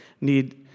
need